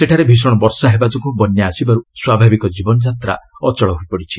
ସେଠାରେ ଭୀଷଣ ବର୍ଷା ହେବା ଯୋଗୁଁ ବନ୍ୟା ଆସିବାରୁ ସ୍ୱାଭାବିକ ଜୀବନଯାତ୍ରା ଅଚଳ ହୋଇପଡିଛି